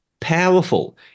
powerful